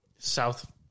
South